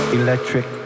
electric